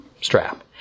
strap